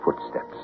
footsteps